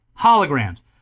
holograms